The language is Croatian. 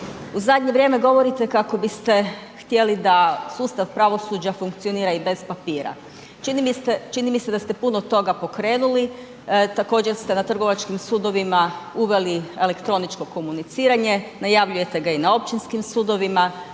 U zadnje vrijeme govorite kako biste htjeli da sustav pravosuđa funkcionira i bez papira, čini mi se da ste puno toga pokrenuli, također ste na trgovačkim sudovima uveli elektroničko komuniciranje, najavljujete ga i na općinskim sudovima,